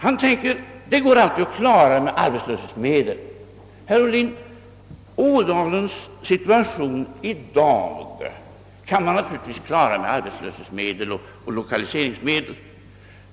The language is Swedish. Han tycktes tänka: svårigheterna går alltid att klara med arbetslöshetsmedel. Ådalens problem i dag kan man naturligtvis lösa med hjälp av arbetslöshetsmedel och lokaliseringsmedel.